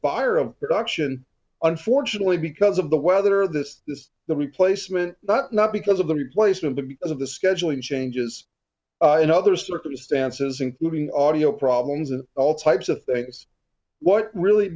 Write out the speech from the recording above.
fire of production unfortunately because of the weather this is the replacement but not because of the replacement to be as the scheduling changes and other circumstances including audio problems and all types of things what really